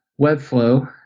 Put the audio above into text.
Webflow